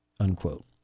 unquote